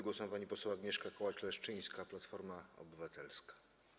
Głos ma pani poseł Agnieszka Kołacz-Leszczyńska, Platforma Obywatelska.